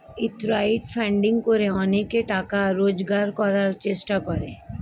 crowd funding করে অনেকে টাকা রোজগার করার চেষ্টা করে